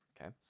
okay